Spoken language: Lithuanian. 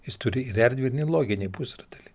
jis turi ir erdvinį ir loginį pusrutulį